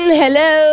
hello